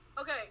Okay